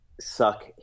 Suck